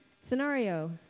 scenario